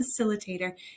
facilitator